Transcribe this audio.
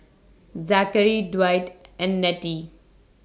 Zachary Dwight and Nettie